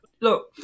look